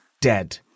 dead